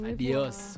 Adios